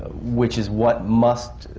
which is what must